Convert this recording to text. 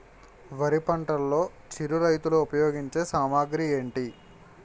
వరి పంటలో చిరు రైతులు ఉపయోగించే సామాగ్రి ఏంటి?